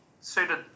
suited